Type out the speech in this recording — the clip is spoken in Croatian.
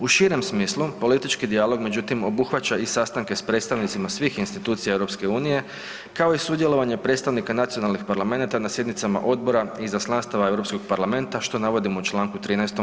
U širem smislu, politički dijalog međutim obuhvaćena i sastanke sa predstavnicima svih institucija EU-a kao i sudjelovanje predstavnika nacionalnih parlamenata na sjednicama odbora i izaslanstava Europskog parlamenta što navodimo u čl. 13.